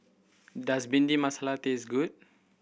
does Bhindi Masala taste good